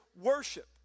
worship